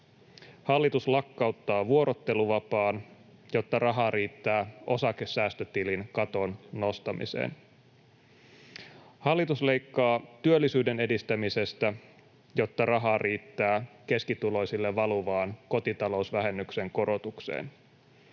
Hallitus lakkauttaa vuorotteluvapaan, jotta rahaa riittää osakesäästötilin katon nostamiseen. Hallitus leikkaa työllisyyden edistämisestä, jotta rahaa riittää keskituloisille valuvaan kotitalousvähennyksen korotukseen.